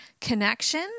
connection